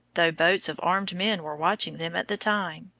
though boats of armed men were watching them at the time.